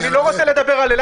אני לא יודעת להגיד לך של כמה.